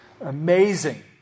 amazing